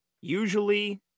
usually